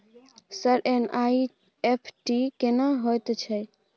Sir NEFT केना होयत छै?